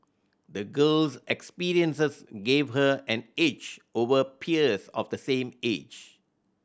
the girl's experiences gave her an edge over peers of the same age